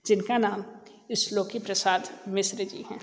जिन का नाम श्लोकी प्रसाद मिश्र जी हैं